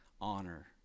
honor